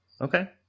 Okay